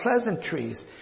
pleasantries